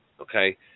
okay